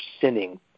sinning